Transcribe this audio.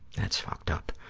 that's fucked up.